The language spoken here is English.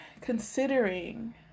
considering